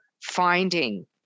finding